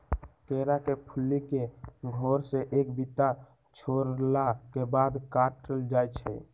केरा के फुल्ली के घौर से एक बित्ता छोरला के बाद काटल जाइ छै